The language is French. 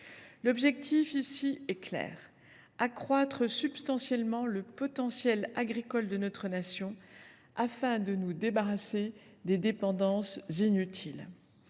L’objectif est clair : accroître substantiellement le potentiel agricole de notre pays afin de nous débarrasser des dépendances inutiles.